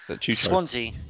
Swansea